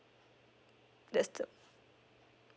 that's the